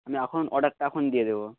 আমি এখন অর্ডারটা এখন দিয়ে দেবো